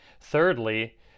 Thirdly